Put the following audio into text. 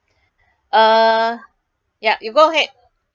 uh yup you go ahead